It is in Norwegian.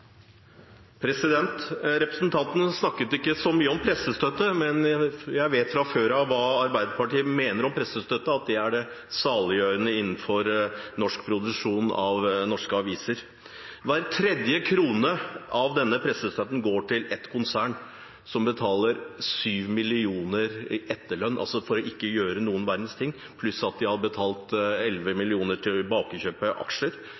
saliggjørende innenfor produksjon av norske aviser. Hver tredje krone av denne pressestøtten går til ett konsern, som betaler 7 mill. kr i etterlønn for ikke å gjøre noen verdens ting, pluss at de har betalt 11 mill. kr for tilbakekjøp av aksjer.